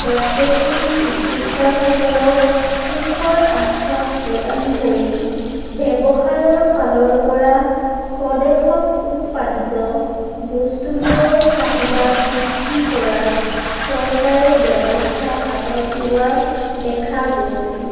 প্ৰত্যেকজন উদ্যোক্তাসকলক সুখৰ আশ্বাস প্ৰদান কৰি ব্যৱসায়ৰ ফালৰ পৰা স্বদেশত উৎপাদিত বস্তুবোৰৰ চাহিদা বৃদ্ধি কৰাত চৰকাৰে ব্যৱস্থা হাতত লোৱা দেখা গৈছে